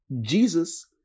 Jesus